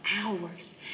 hours